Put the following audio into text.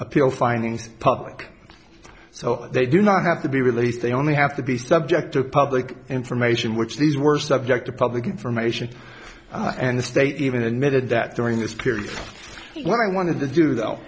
appeals findings public so they do not have to be released they only have to be subject to a public information which these were subject to public information and the state even admitted that during this period when i wanted to do though